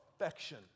affection